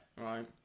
right